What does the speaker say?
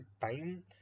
time